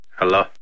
hello